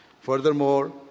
Furthermore